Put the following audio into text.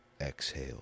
Exhale